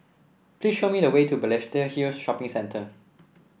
please show me the way to Balestier Hill Shopping Centre